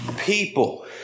People